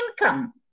income